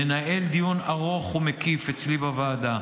ננהל דיון ארוך ומקיף אצלי בוועדה.